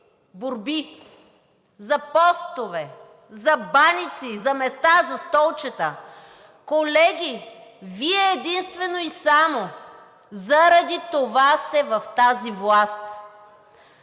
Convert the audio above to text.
борби за постове, за баници, за места, за столчета. Колеги, Вие единствено и само заради това сте в тази власт.